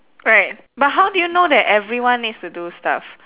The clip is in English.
right but how do you know that everyone needs to do stuff